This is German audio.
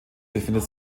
befindet